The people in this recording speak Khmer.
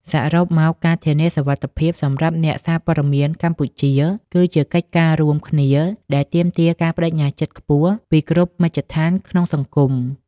សរុបមក ការធានាសុវត្ថិភាពសម្រាប់អ្នកសារព័ត៌មានកម្ពុជា គឺជាកិច្ចការរួមគ្នាដែលទាមទារការប្តេជ្ញាចិត្តខ្ពស់ពីគ្រប់មជ្ឈដ្ឋានក្នុងសង្គម។